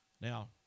Now